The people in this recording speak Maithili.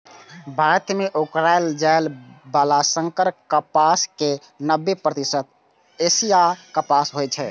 भारत मे उगाएल जाइ बला संकर कपास के नब्बे प्रतिशत एशियाई कपास होइ छै